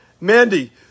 Mandy